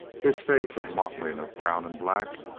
his face a mottling of brown and black,